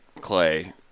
Clay